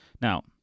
Now